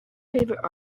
favorite